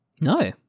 No